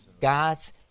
God's